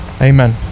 Amen